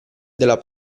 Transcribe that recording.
della